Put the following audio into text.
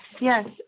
Yes